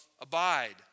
abide